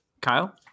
Kyle